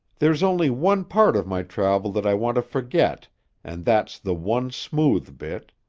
there's only one part of my travel that i want to forget and that's the one smooth bit.